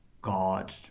God